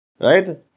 Right